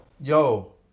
Yo